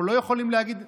אנחנו לא יכולים להגיד,